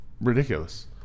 ridiculous